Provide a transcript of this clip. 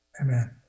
Amen